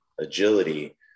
agility